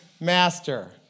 master